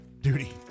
duty